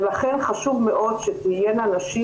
ולכן חשוב מאוד שתהיינה נשים,